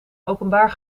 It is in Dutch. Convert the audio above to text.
openbaar